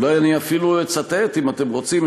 אולי אני אפילו אצטט אם אתם רוצים,